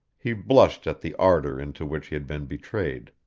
he blushed at the ardor into which he had been betrayed.